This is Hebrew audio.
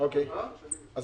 היא לא על סדר-היום.